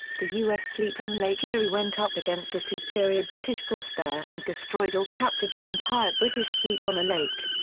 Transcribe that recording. the u s. fleet on lake erie went up against a superior british force there and destroyed or captured the entire british fleet on the lake.